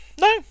No